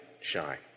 shine